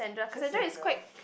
just Sandra